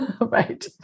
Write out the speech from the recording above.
right